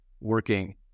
working